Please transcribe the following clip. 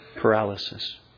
Paralysis